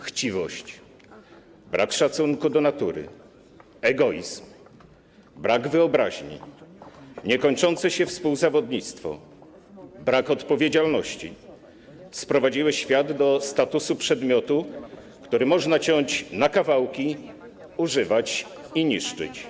Chciwość, brak szacunku do natury, egoizm, brak wyobraźni, niekończące się współzawodnictwo, brak odpowiedzialności sprowadziły świat do statusu przedmiotu, który można ciąć na kawałki, używać i niszczyć.